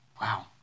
Wow